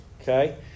Okay